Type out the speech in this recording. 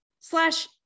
Slash